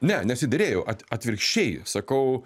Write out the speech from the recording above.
ne nesiderėjau at atvirkščiai sakau